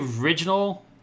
original